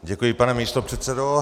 Děkuji, pane místopředsedo.